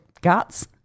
guts